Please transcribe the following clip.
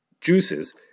juices